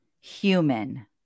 Human